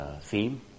theme